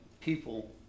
people